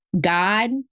God